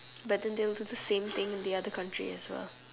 but then they'll do the same thing in the other country as well